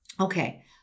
okay